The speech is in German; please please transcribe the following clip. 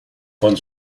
von